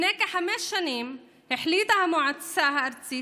לפני כחמש שנים החליטה המועצה הארצית